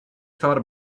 thought